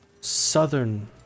southern